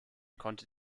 konnte